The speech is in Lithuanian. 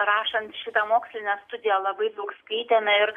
rašant šitą mokslinę studiją labai daug skaitėme ir